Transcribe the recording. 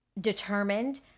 determined